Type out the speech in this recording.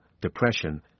depression